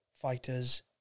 fighters